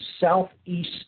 Southeast